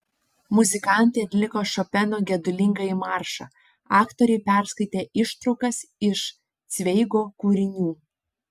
muzikantai atliko šopeno gedulingąjį maršą aktoriai perskaitė ištraukas iš cveigo kūrinių